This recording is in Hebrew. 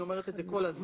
אני אומרת את זה כל הזמן.